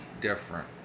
different